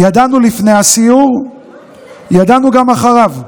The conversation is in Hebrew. ידענו לפני הסיור וידענו גם אחריו.